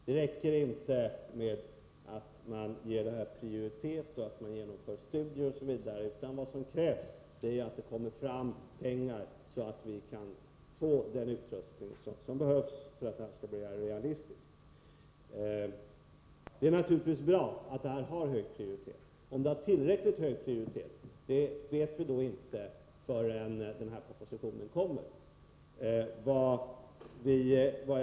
Det räcker inte med att man ger frågan prioritet, att man genomför studier osv., utan vad som krävs är att det kommer fram pengar, så att vi kan få den utrustning som behövs. Det är naturligtvis bra att det här har hög prioritet. Om det har tillräckligt hög prioritet vet vi inte förrän regeringens proposition läggs fram.